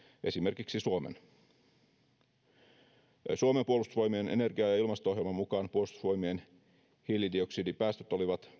esimerkiksi suomen suomen puolustusvoimien energia ja ja ilmasto ohjelman mukaan puolustusvoimien hiilidioksidipäästöt olivat